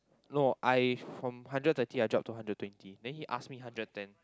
no I from hundred thirty drop to hundred twenty then he ask me hundred and ten